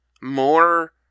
more-